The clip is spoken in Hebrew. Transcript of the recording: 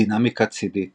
דינמיקה צידית